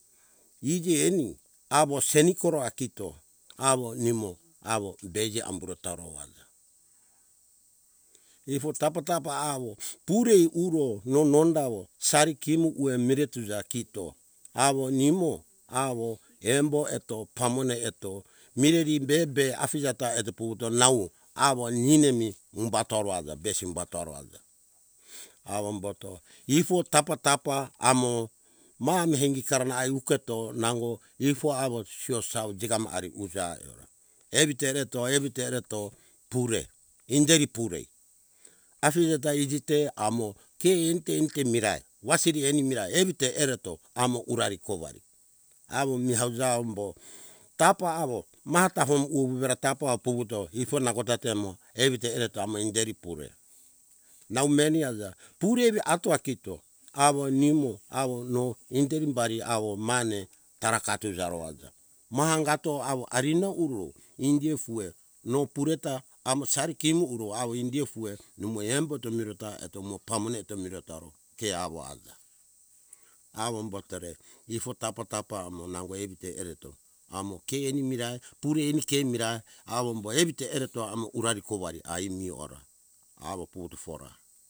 Iji eni awo nikoroa kito awo nimo awo peji amboro tarowan ifo tapa - tapa awo puri uro nonondawo sari kimu uwe mire tuja kito awo nimo awo embo eto pamone eto mireri be be afija ta eto puvuto nau awo nimeni umbatora aja besi tora aja awo umbato ifo tapa - tapa awo maha mengi tara na iu keto nango ifo awo sino sau jigama ari kuza eora evite eveto - evite ereto pure indiri purei afije ta iji te amo ke ente - ente mirai wasiri eni mirai evite ereto amo urari kouari awo mizau zau umbo tapa awo mata hombu uwewera tapa apuvuto ifo nangota temo evite ereto amo inderi pure nau meni aza pure evi atoa kito awo nimo awo no inderi bari awo mane taraka tuza ro aja ma angato awo arina urou indi fue no pure ta amo sari kemu uro awo indio fue numo embo ta miro eto mo pamone eto miro taro ke awo aja awo umbatora ifo tapa - tapa amo nango evite ereto amo ke eni mirai puri eni ke mirai awo umbai evite ereto amo urari kouari ai miora awo putu fora